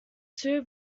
two